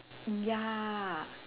ya